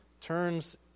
turns